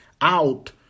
out